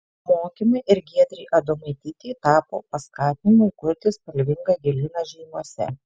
mokymai ir giedrei adomaitytei tapo paskatinimu įkurti spalvingą gėlyną žeimiuose